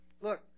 look